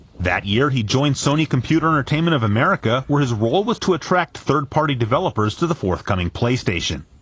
that year, he joined sony computer entertainment of america where his role was to attract third-party developers to the forthcoming playstation.